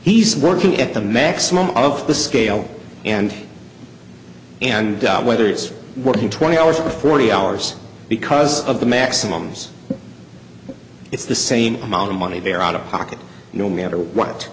he's working at the maximum of the scale and and doubt whether it's working twenty hours or forty hours because of the maximums it's the same amount of money they're out of pocket no matter